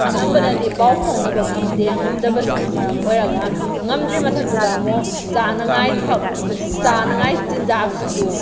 ꯑꯅꯝꯕꯅꯗꯤ ꯄꯥꯎ ꯐꯥꯎꯅꯕ ꯉꯝꯗꯦ ꯉꯝꯗꯕꯁꯤꯅ ꯃꯔꯝ ꯑꯣꯏꯔꯒ ꯉꯝꯗ꯭ꯔꯤ ꯃꯊꯛꯇꯨꯗ ꯑꯃꯨꯛ ꯆꯥꯅꯉꯥꯏ ꯆꯥꯅꯉꯥꯏ ꯆꯤꯟꯖꯥꯛꯁꯤꯁꯨ